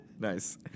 Nice